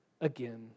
again